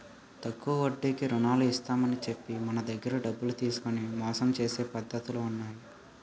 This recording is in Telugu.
తక్కువ వడ్డీకి రుణాలు ఇస్తామని చెప్పి మన దగ్గర డబ్బులు తీసుకొని మోసం చేసే పద్ధతులు ఉన్నాయి